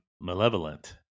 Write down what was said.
malevolent